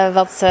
wat